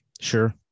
Sure